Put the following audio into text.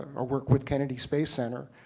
ah work with kennedy space center,